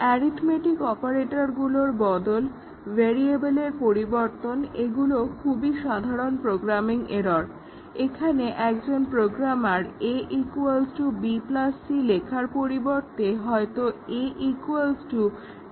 arithmetic অপারেটরগুলোর বদল ভেরিয়েবলের পরিবর্তন এগুলো খুবই সাধারণ প্রোগ্রামিং এরর্ যেখানে একজন প্রোগ্রামার a b c লেখার পরিবর্তে হয়তো a d c লিখে ফেলেছে